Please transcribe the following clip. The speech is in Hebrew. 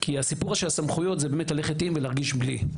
כי הסיפור של הסמכויות זה באמת ללכת עם ולהרגיש בלי.